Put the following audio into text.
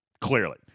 Clearly